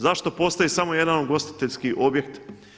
Zašto postoji samo jedan ugostiteljski objekt?